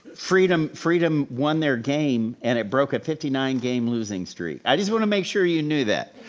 freedom freedom won their game and it broke a fifty nine game losing streak. i just want to make sure you knew that.